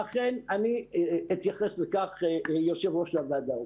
אני אתייחס לכך יושב ראש הוועדה.